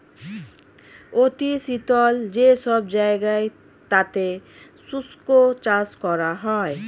অতি শীতল যে সব জায়গা তাতে শুষ্ক চাষ করা হয়